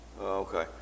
Okay